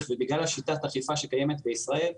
ובגלל שיטת האכיפה שקיימת בישראל,